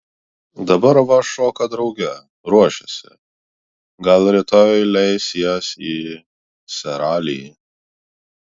dabar va šoka drauge ruošiasi gal rytoj leis jas į seralį